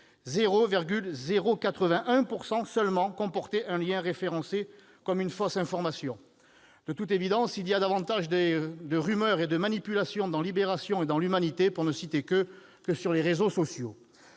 eux seulement comporte un lien référencé comme une fausse information. De toute évidence, il y a davantage de rumeurs et de manipulations dans et dans, pour ne citer qu'eux, que sur les réseaux sociaux